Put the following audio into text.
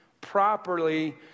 properly